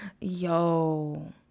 Yo